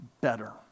better